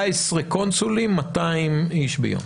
14 קונסולים, 200 איש ביום.